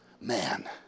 man